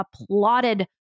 applauded